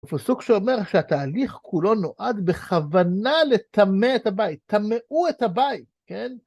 פיסוק שאומר שהתהליך כולו נועד בכוונה לטמא את הבית, טמאו את הבית, כן?